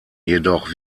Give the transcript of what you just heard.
jedoch